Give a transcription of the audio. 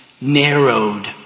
narrowed